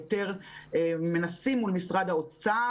אנחנו מנסים מול משרד האוצר.